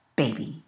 baby